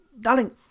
Darling